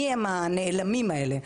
מי הנעלמים האלו?